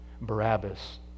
Barabbas